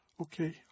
Okay